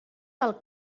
del